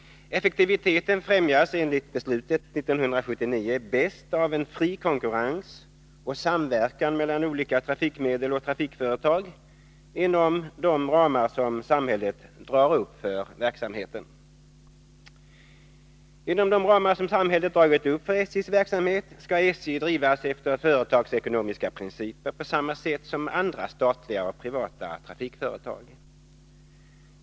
Effektiviteten främjas enligt beslutet 1979 mest av fri konkurrens och samverkan mellan olika trafikmedel och trafikföretag inom de ramar som samhället drar upp för verksamheten. Inom de ramar som samhället dragit upp för SJ:s verksamhet skall SJ drivas efter företagsekonomiska principer på samma sätt som andra statliga och privata trafikföretag.